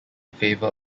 favour